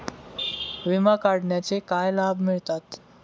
विमा काढण्याचे काय लाभ मिळतात?